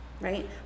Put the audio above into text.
right